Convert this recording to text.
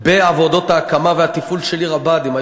בעבודות ההקמה והתפעול של עיר הבה"דים.